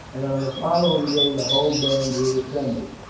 and on the following day the whole band reassembled,